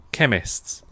Chemists